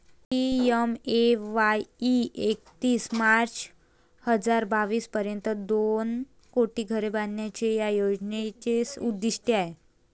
PMAY एकतीस March हजार बावीस पर्यंत दोन कोटी घरे बांधण्याचे या योजनेचे उद्दिष्ट आहे